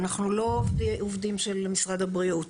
אנחנו לא עובדים של משרד הבריאות.